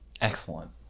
Excellent